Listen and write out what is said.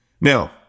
Now